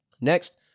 Next